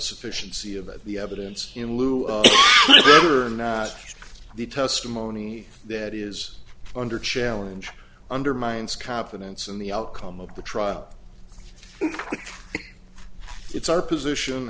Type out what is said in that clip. sufficiency of it the evidence in lieu of it or not the testimony that is under challenge undermines confidence in the outcome of the trial it's our position